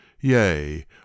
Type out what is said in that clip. Yea